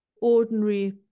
ordinary